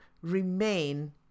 remain